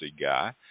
guy